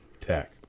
tech